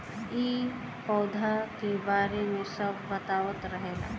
इ पौधा के बारे मे सब बतावत रहले